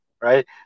right